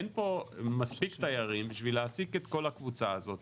אין פה מספיק תיירים בשביל להעסיק את כל הקבוצה הזאת